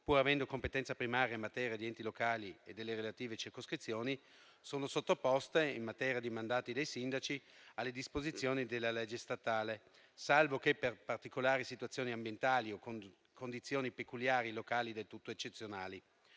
pur avendo competenza primaria in materia di enti locali e delle relative circoscrizioni, sono sottoposte, in materia di mandati dei sindaci, alle disposizioni della legge statale, salvo che per particolari situazioni ambientali o condizioni peculiari locali del tutto eccezionali.